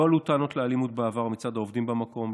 לא עלו טענות על אלימות בעבר מצד העובדים במקום,